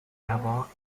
l’avoir